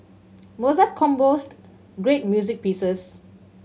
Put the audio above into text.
Mozart composed great music pieces